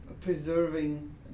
preserving